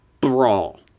brawl